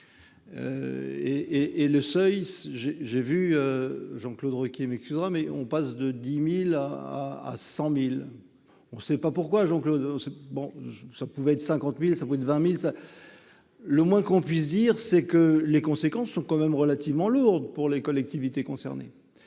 et le seuil j'ai j'ai vu Jean-Claude Requier m'excusera mais on passe de 10000 à à 100000 on sait pas pourquoi Jean-Claude c'est bon, ça pouvait être cinquante mille ça vaut une 20000 c'est le moins qu'on puisse dire, c'est que les conséquences sont quand même relativement lourde pour les collectivités concernées